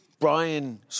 Brian